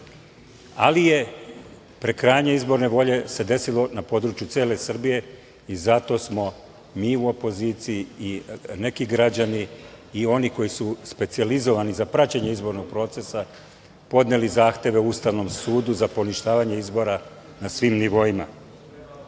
ali prekrajanje izborne volje se desilo na području cele Srbije i zato smo mi u opoziciji i neki građani i oni koji su specijalizovani za praćenje izbornog procesa, podneli zahteve Ustavnom sudu za poništavanje izbora na svim nivoima. To